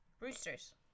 Roosters